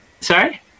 Sorry